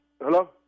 Hello